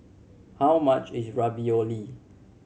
how much is Ravioli